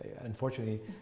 unfortunately